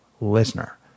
listener